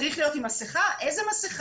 צריך להיות עם מסכה, איזו מסכה?